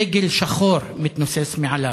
שדגל שחור מתנוסס מעליו.